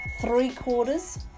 three-quarters